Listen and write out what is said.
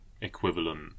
equivalent